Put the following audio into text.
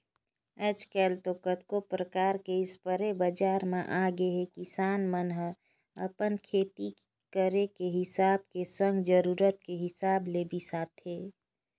आजकल तो कतको परकार के इस्पेयर बजार म आगेहे किसान मन ह अपन खेती करे के हिसाब के संग जरुरत के हिसाब ले बिसाथे